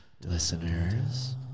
listeners